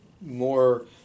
more –